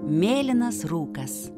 mėlynas rūkas